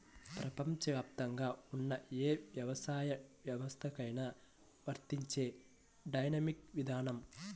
ప్రపంచవ్యాప్తంగా ఉన్న ఏ వ్యవసాయ వ్యవస్థకైనా వర్తించే డైనమిక్ విధానం